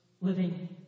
living